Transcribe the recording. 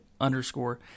underscore